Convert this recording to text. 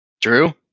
Drew